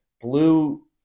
blue